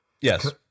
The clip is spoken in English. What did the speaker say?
Yes